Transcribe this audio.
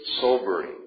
sobering